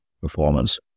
performance